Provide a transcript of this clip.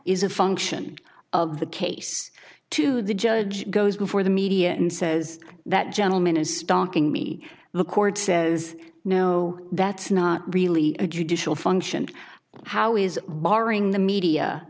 is a function of the case to the judge goes before the media and says that gentleman is stalking me the court says no that's not really a judicial function how is barring the media